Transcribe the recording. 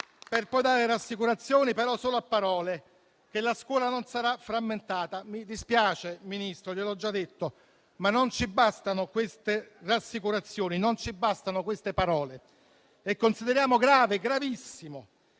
per poi dare rassicurazioni, ma solo a parole, che la scuola non sarà frammentata. Mi dispiace, Ministro, gliel'ho già detto: non ci bastano queste rassicurazioni, non ci bastano queste parole. Consideriamo grave, gravissimo